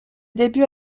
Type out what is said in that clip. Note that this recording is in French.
débuts